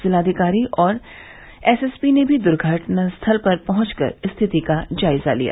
जिलाधिकारी और एसएसपी ने भी दुर्घटनास्थल पर पहुंचकर स्थिति का जायजा लिया